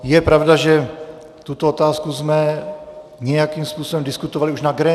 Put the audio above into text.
Je pravda, že tuto otázku jsme nějakým způsobem diskutovali už na grémiu.